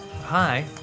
Hi